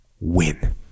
win